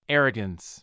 Arrogance